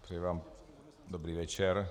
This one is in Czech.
Přeji vám dobrý večer.